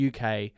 UK